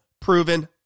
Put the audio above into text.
Proven